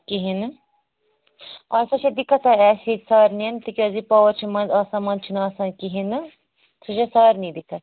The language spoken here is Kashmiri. کِہیٖنۍ نہٕ آ سۄ چھِ دِقت تۄہہِ اَسہِ ییٚتہِ سارنٕے تکیاز یہِ پاور چھُ مَنٛزٕ آسان مَنٛز چھُنہٕ آسان کِہیٖنۍ نہٕ سُہ چھ سارنٕے دِقت